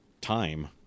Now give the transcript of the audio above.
time